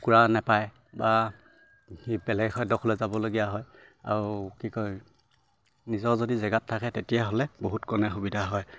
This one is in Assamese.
কুকুৰা নেপায় বা সি বেলেগ এডোখৰলৈ যাবলগীয়া হয় আৰু কি কয় নিজৰ যদি জেগাত থাকে তেতিয়াহ'লে বহুত কনেই সুবিধা হয়